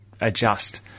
adjust